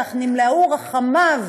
פתאום בפסח נמלאו רחמיו